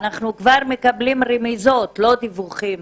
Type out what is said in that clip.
אנחנו מקבלים בוועדות רמיזות ולא דיווחים,